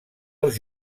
els